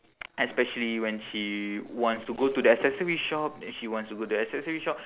especially when she wants to go to the accessory shop and she wants to go to the accessory shop